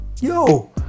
yo